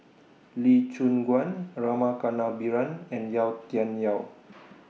Lee Choon Guan Rama Kannabiran and Yau Tian Yau